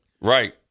Right